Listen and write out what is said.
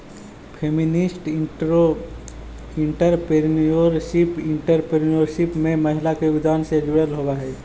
feminist entrepreneurship entrepreneurship में महिला के योगदान से जुड़ल होवऽ हई